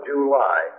July